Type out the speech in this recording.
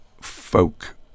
folk